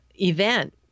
event